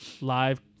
live